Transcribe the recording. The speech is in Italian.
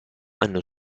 hanno